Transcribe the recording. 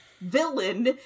villain